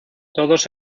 todos